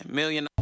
million